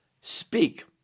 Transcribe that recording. speak